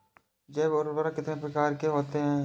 जैव उर्वरक कितनी प्रकार के होते हैं?